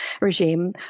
regime